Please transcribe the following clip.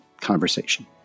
conversation